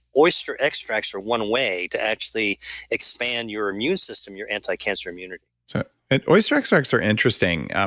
oyster extracts are one way to actually expand your immune system, your anti-cancer immunity so and oyster extracts are interesting.